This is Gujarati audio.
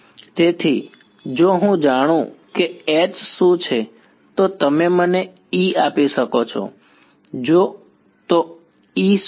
તેથી જો હું જાણું કે H શું છે તો તમે મને E આપી શકો છો જો તો E શું છે